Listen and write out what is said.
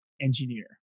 engineer